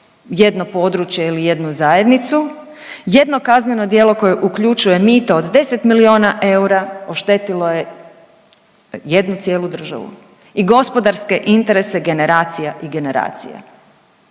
jedno područje ili jednu zajednicu, jedno kazneno djelo koje uključuje mito od 10 milijona eura oštetilo je jednu cijelu državu i gospodarske interese generacija i generacija.